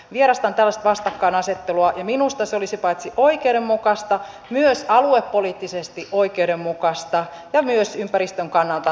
vierastan sellaista vastakkainasettelua ja minusta tämä olisi paitsi oikeudenmukaista myös aluepoliittisesti oikeudenmukaista ja myös ympäristön kannalta kestävää